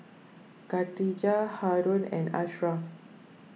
Khatijah Haron and Asharaff